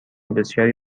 بسیاری